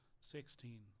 sixteen